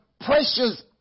precious